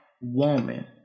woman